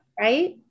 Right